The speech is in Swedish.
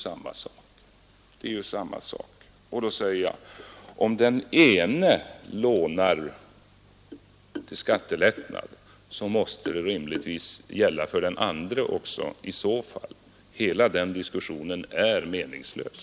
Om den ena parten lånar till skattelättnad, måste rimligtvis samma resonemang också gälla den andra parten. Hela denna diskussion är meningslös.